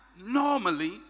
normally